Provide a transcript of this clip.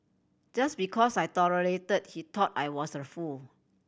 just because I tolerated he thought I was a fool